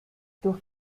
durch